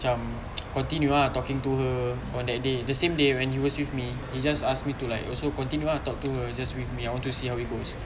cam continue ah talking to her on that day the same day when he was with me he just ask me to like also continue talk to her just with me I want to see how it goes